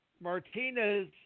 Martinez